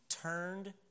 turned